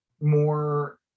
more